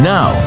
Now